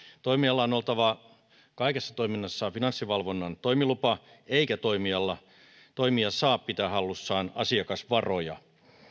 toimijalla on oltava kaikessa toiminnassaan finanssivalvonnan toimilupa eikä toimija saa pitää hallussaan asiakasvaroja